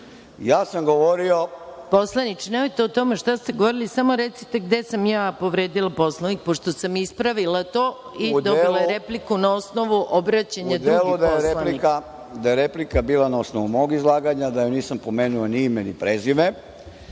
**Maja Gojković** Poslaniče, nemojte o tome šta ste govorili, samo recite gde sam ja povredila Poslovnik, pošto sam ispravila to i odobrila repliku na osnovu obraćanja drugih poslanika. **Marijan Rističević** U delu da je replika bila na osnovu mog izlaganja, da joj nisam pomenuo ni ime, ni prezime,